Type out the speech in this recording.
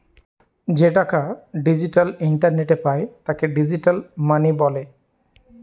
যে টাকা ডিজিটাল ইন্টারনেটে পায় তাকে ডিজিটাল মানি বলে